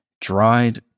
Dried